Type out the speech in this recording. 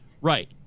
Right